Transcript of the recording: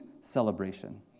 celebration